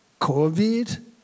COVID